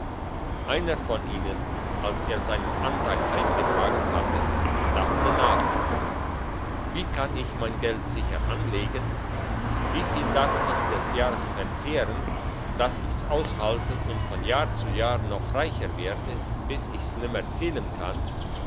einer von ihnen als er seinen anteil heimgetragen hatte dachte nach wie kann ich mein geld sicher anlegen wie viel darf ich des jahrs verzehren dass ich's aushalte und von jahr zu jahr noch reicher werde bis ich's nimmer zählen kann